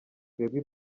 twebwe